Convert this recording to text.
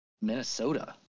Minnesota